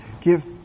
Give